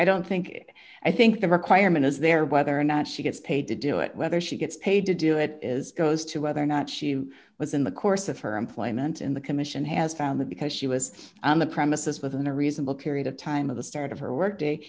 i don't think i think the requirement is there whether or not she gets paid to do it whether she gets paid to do it is goes to whether or not she was in the course of her employment in the commission has found that because she was on the premises within a reasonable period of time of the start of her work day